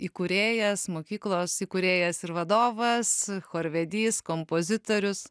įkūrėjas mokyklos įkūrėjas ir vadovas chorvedys kompozitorius